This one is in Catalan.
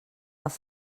els